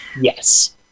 Yes